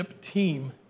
team